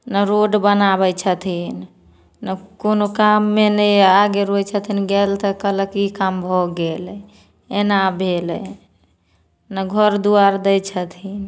नहि रोड बनाबै छथिन नहि कोनो काममे नहि आगे रहै छथिन गेल तऽ कहलक कि ई काम भऽ गेलै एना भेलै नहि घर दुआर दै छथिन